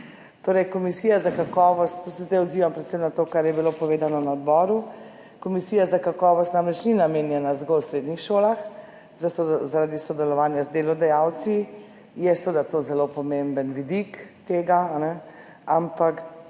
povezovanje in sodelovanje. Tu se zdaj odzivam predvsem na to, kar je bilo povedano na odboru. Komisija za kakovost namreč ni namenjena zgolj srednjim šolam, zaradi sodelovanja z delodajalci, je seveda to zelo pomemben vidik tega, ampak